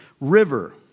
river